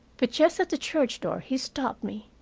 but just at the church door he stopped me,